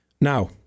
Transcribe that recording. Now